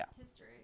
history